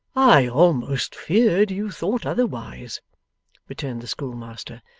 i almost feared you thought otherwise returned the schoolmaster.